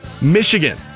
Michigan